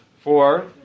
four